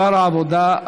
שר העבודה,